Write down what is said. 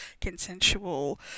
consensual